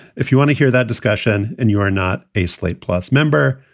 if you want to hear that discussion and you are not a slate plus member,